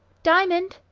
diamond!